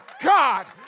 God